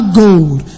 gold